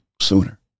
sooner